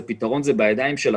זה פתרון, זה בידיים שלכם.